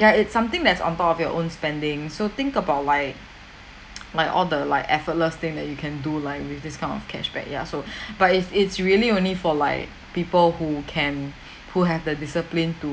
ya it's something that's on top of your own spending so think about like like all the like effortless thing that you can do like with this kind of cashback ya so but if it's really only for like people who can who have the discipline to